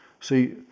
See